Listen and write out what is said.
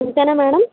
ఇంతేనా మేడమ్